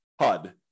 HUD